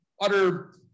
utter